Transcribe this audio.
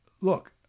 Look